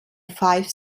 five